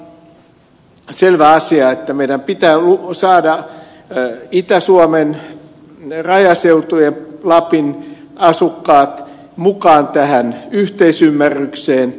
tämä on selvä asia että meidän pitää saada itä suomen rajaseutujen lapin asukkaat mukaan tähän yhteisymmärrykseen